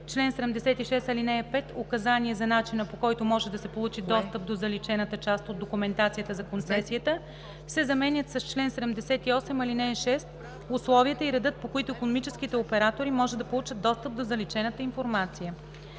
„чл. 76, ал. 5 – указание за начина, по който може да се получи достъп до заличената част от документацията за концесията“ се заменят с „чл. 78, ал. 6 – условията и редът, по които икономическите оператори може да получат достъп до заличената информация“.”